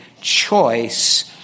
choice